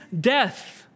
death